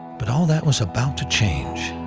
but all that was about to change.